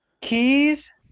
Keys